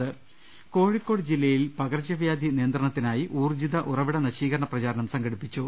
ൾട്ട്ട്ട്ട്ട്ട്ട്ട കോഴിക്കോട് ജില്ലയിൽ പകർച്ചവ്യാധി നിയന്ത്രണത്തിനായി ഊർജ്ജിത ഉറവിട നശീകരണ പ്രചാരണം സംഘടിപ്പിച്ചു